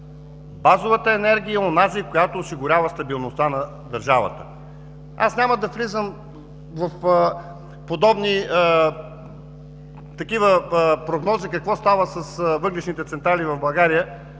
Базовата енергия е онази, която осигурява стабилността на държавата. Няма да влизам в подобни прогнози какво става с въглищните централи в България,